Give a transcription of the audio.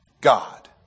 God